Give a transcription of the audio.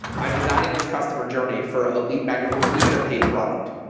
i'm designing this customer journey for a lead magnet or even a paid product.